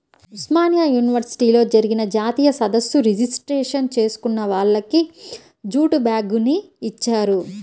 ఉస్మానియా యూనివర్సిటీలో జరిగిన జాతీయ సదస్సు రిజిస్ట్రేషన్ చేసుకున్న వాళ్లకి జూటు బ్యాగుని ఇచ్చారు